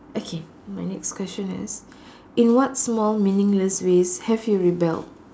okay my next question is in what small meaningless ways have you rebelled